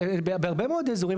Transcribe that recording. בהרבה מאוד אזורים,